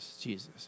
Jesus